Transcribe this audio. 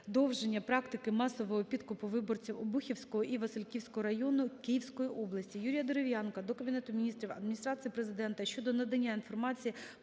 продовження практики масового підкупу виборців Обухівського і Васильківського району Київської області. Юрія Дерев'янка до Кабінету Міністрів, Адміністрації Президента щодо надання інформації